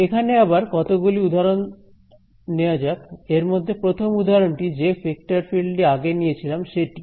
এখানে আবার কতগুলি উদাহরণ নেওয়া যাক এর মধ্যে প্রথম উদাহরণটি যে ভেক্টর ফিল্ড টি আগে নিয়েছিলাম সেটিই